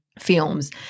films